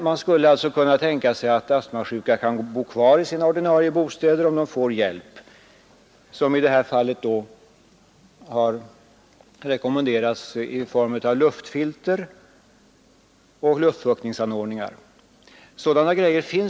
Det skulle emellertid vara möjligt för de astmasjuka att bo kvar i sina bostäder om de fick hjälpmedel för detta ändamål, och vad som kan rekommenderas i sådana fall är luftfilter och luftfuktningsanordningar.